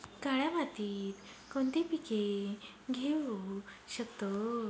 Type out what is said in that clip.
काळ्या मातीत कोणती पिके घेऊ शकतो?